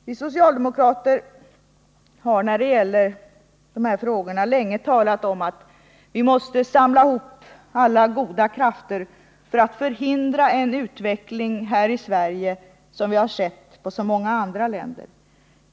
Vi socialdemokrater har när det gäller de här frågorna länge talat om att vi måste samla alla goda krafter för att förhindra en utveckling här i Sverige liknande den i så många andra länder.